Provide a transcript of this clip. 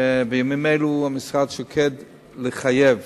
שבימים אלה המשרד שוקד על חיוב